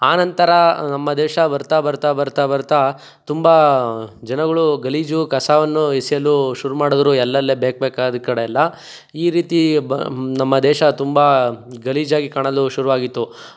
ಆನಂತರ ನಮ್ಮ ದೇಶ ಬರ್ತಾ ಬರ್ತಾ ಬರ್ತಾ ಬರ್ತಾ ತುಂಬ ಜನಗಳು ಗಲೀಜು ಕಸವನ್ನು ಎಸೆಯಲು ಶುರು ಮಾಡಿದ್ರು ಅಲ್ಲಲ್ಲೆ ಬೇಕು ಬೇಕಾದ ಕಡೆಯೆಲ್ಲ ಈ ರೀತಿ ಬ ನಮ್ಮ ದೇಶ ತುಂಬ ಗಲೀಜಾಗಿ ಕಾಣಲು ಶುರುವಾಗಿತ್ತು